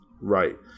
Right